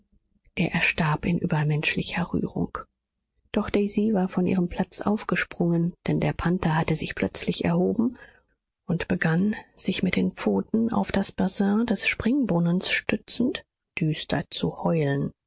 er erstarb in übermenschlicher rührung doch daisy war von ihrem platz aufgesprungen denn der panther hatte sich plötzlich erhoben und begann sich mit den pfoten auf das bassin des springbrunnens stützend düster zu heulen